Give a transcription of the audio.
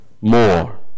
more